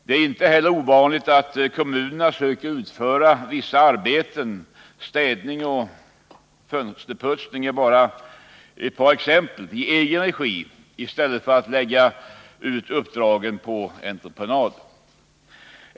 Det är inte här ovanligt att kommunerna söker utföra vissa arbeten, städning och fönsterputsning är bara ett par exempel, i egen regi i stället för att lägga ut uppdragen på entreprenad.